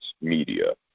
media